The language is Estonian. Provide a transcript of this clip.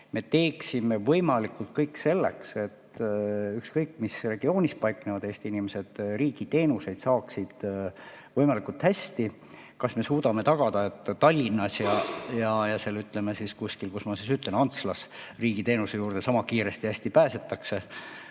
me teeksime kõik võimaliku selleks, et ükskõik, mis regioonis paiknevad Eesti inimesed saaksid riigi teenuseid võimalikult hästi. Kas me suudame tagada, et Tallinnas ja, ütleme, kuskil – kus ma siis ütlen? – Antslas riigiteenuse juurde sama kiiresti ja hästi pääsetakse?